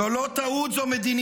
זו לא טעות, זו מדיניות.